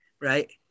right